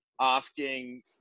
asking